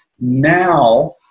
Now